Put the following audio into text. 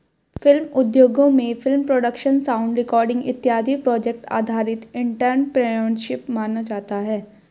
film उद्योगों में film production sound recording इत्यादि प्रोजेक्ट आधारित एंटरप्रेन्योरशिप माना जाता है